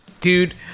Dude